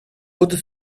будут